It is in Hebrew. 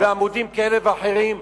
ובעמודים כאלה ואחרים.